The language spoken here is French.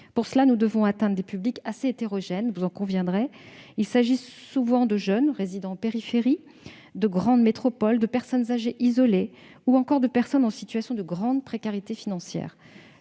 parvenir, nous devons atteindre des publics assez hétérogènes, vous en conviendrez. Il s'agit souvent de jeunes résidant en périphérie de grandes métropoles, de personnes âgées isolées, ou encore de personnes en situation de grande précarité financière.